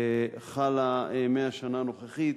חלה מהשנה הנוכחית,